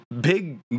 big